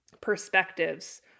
perspectives